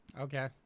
Okay